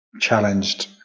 challenged